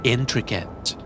Intricate